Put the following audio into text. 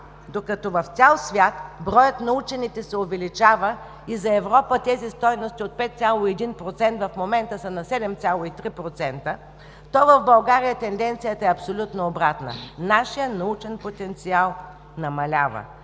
Докато в цял свят броят на учените се увеличава и за Европа тези стойности от 5,1% в момента са на 7,3%, то в България тенденцията е абсолютно обратна – нашият научен потенциал намалява,